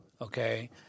okay